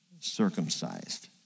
circumcised